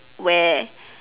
where